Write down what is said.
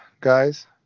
guys